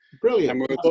Brilliant